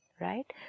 right